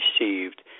received